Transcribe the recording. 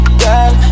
girl